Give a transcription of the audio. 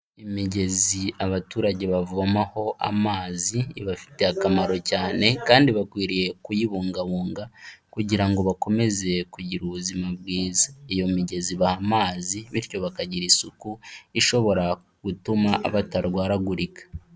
Imigezi abaturage bavomaho amazi, ibafitiye akamaro cyane kandi bakwiriye kuyibungabunga, kugira ngo bakomeze kugira ubuzima bwiza, iyo migezi ibaha amazi bityo bakagira isuku ishobora gutuma batarwaragurika.